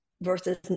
versus